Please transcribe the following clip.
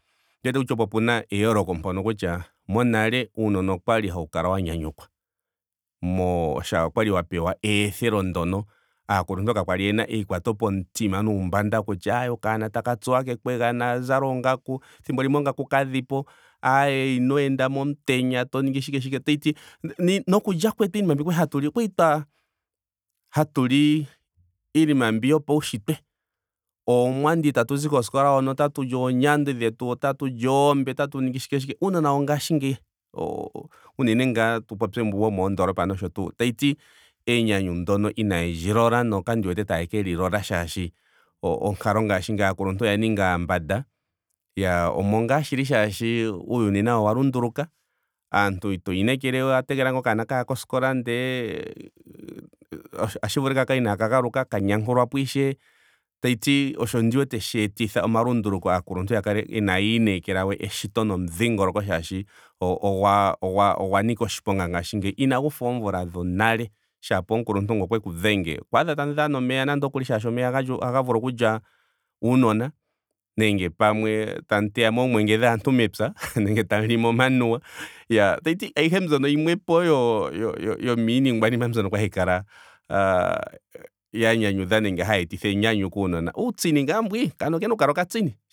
Ondi wete kutya opo pena eyooloko mpono kutya monale uunona okwali hawu kala wa nyanyukwa. Mo- shaashi okwali wa pewa eethelo ndono. aakuluntu kakwali yena eikwatopomutima nuumbanda kutya aaye okanona taka tsuwa kekwega na zale oongaku. thimbo limwe oongaku kadhipo. aaye ino enda momutenya to ningi shike shike. tashiti no- nokulya kwetu iinima mbi kwali hatu li okwali twa hatu li iinima mbi yopaunshitwe. oomwandi tatuzi koskola hono. otatuli oonyandi dhetu. otatu li oombe. otatu ningi shike shike. uunona wongaashingeyi o- o- unene ngaa tu popye mbu womondoolopa nosho tuu. tashiti enyanyu ndyoka inayeli lola no kandi wete taye ke li lola shaashi onkalo ngaashingeyi aakuluntu oya ninga aambanda. Iyaa omo ngaa shili shaashi uuyuni nawo owa lunduluka. aantu oyo ya inekele we. owa tegelela ngaa okanona kaya koskola ndele otashi vulika ka kale inaaka galuka. ka nyankulwapo ishewe. Tashiti osho ndi wete sheetitha omalunduluko aakuluntu ya kale inaaya inekelawe eshito nomudhingoloko molwaashoka ogwa ogwa nika oshiponga ngaashingeyi. Inagu fala oomvula dhonale. Shapo omukuluntu ngele okweku dhenge okwaadha tamu dhana omeya nando okuli molwaashoka omeya ohaga vulu okulya uunona nenge pamwe tamu teyamo oomwenge dhaantu mepya nenge tamu limo omanuwa. tashiti ayihe mbyono yimwepo yo- yo- yomiiningwanima mbi kwali hayi kala a- a ya nyanyudha nenge hayi etitha enyanyu kuunona. uutsini ngaa mbwi. okanona okena oku kala okatsini